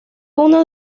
uno